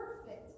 Perfect